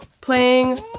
playing